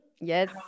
Yes